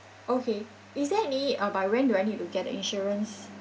okay is there any uh by when do I need to get the insurance